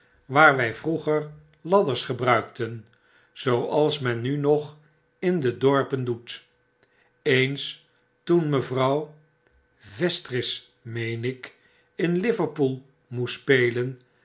wg vroeger ladders gebruikten zooals men nu nog in de dorpen doet eens toen mevrouw in liverpool moest spelen